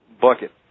bucket